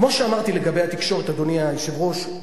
כמו שאמרתי לגבי התקשורת, אדוני היושב-ראש,